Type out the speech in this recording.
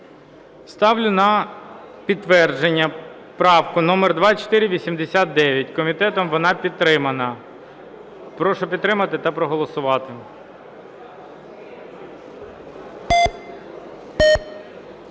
Ставлю на підтвердження правку номер 2489. Комітетом вона підтримана. Прошу підтримати та проголосувати.